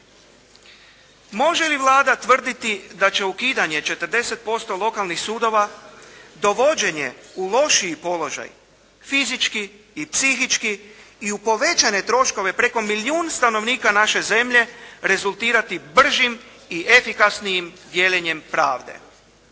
Može li Vlada tvrditi da će ukidanje 40% lokalnih sudova, dovođenje u lošiji položaj fizički i psihički i u povećane troškove preko milijun stanovnika naše zemlje rezultirati bržim i efikasnijim dijeljenjem pravde.